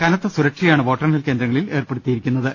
കനത്ത സുരക്ഷയാണ് വോട്ടെണ്ണൽ കേന്ദ്രങ്ങളിൽ ഏർപ്പെടുത്തു ന്നത്